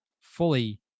fully